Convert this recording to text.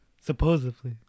Supposedly